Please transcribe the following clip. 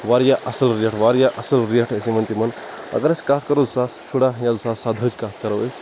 واریاہ اَصٕل واریاہ اَصٕل ریٹ أسۍ یِوان تِمَن اَگر أسۍ کَتھ کَرُو زٕ ساس شُراہ یا زٕ ساس سَدہٕچ کَتھ کَرُو أسۍ